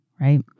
Right